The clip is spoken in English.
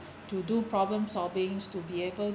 to do problem solvings to be able